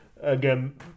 again